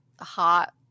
hot